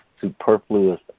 superfluous